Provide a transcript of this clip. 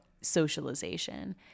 socialization